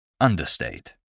Understate